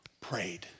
prayed